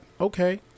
Okay